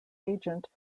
agent